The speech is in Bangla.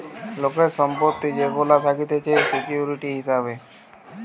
লোকের সম্পত্তি যেগুলা থাকতিছে সিকিউরিটি হিসাবে